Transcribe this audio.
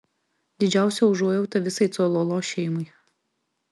didžiausia užuojauta visai cololo šeimai